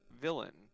villain